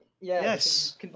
Yes